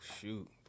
shoot